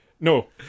No